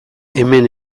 hemen